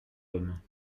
homme